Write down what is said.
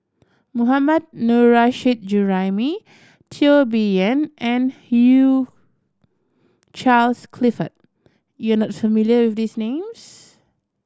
Mohammad Nurrasyid Juraimi Teo Bee Yen and Hugh Charles Clifford you are not familiar with these names